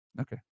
Okay